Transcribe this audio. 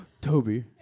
Toby